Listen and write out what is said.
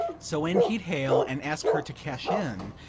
so when he'd hail and ask her to cash in,